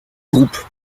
groupe